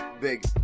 big